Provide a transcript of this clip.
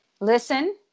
listen